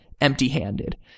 empty-handed